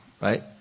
right